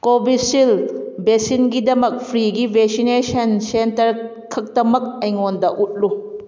ꯀꯣꯚꯤꯁꯤꯜ ꯚꯦꯛꯁꯤꯟꯒꯤꯗꯃꯛ ꯐ꯭ꯔꯤꯒꯤ vaccination centre ꯈꯛꯇꯃꯛ ꯑꯩꯉꯣꯟꯗ ꯎꯠꯂꯨ